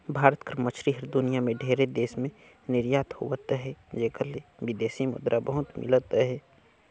भारत कर मछरी हर दुनियां में ढेरे देस में निरयात होवत अहे जेकर ले बिदेसी मुद्रा बहुत मिलत अहे